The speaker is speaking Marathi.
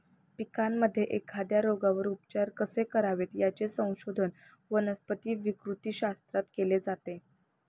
पिकांमध्ये एखाद्या रोगावर उपचार कसे करावेत, याचे संशोधन वनस्पती विकृतीशास्त्रात केले जाते